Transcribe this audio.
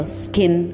skin